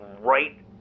right